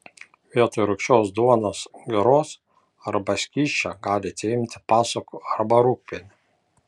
vietoj rūgščios duonos giros arba skysčio galite imti pasukų arba rūgpienio